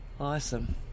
Awesome